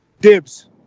Dibs